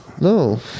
No